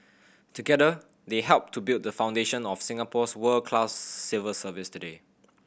together they helped to build the foundation of Singapore's world class civil service today